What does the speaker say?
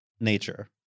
nature